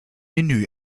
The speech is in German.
menü